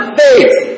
faith